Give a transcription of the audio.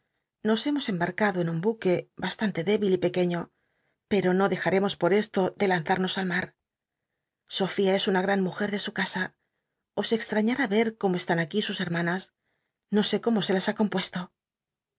nos hemos cmb ucado en un buque bastan te débil pcc uciio pero no dejaremos por esto de lanzarnos al mar sofia es una gran mujer ele su casa os cxr cómo están aquí sus hermanas no sé cómo se las ha compuesto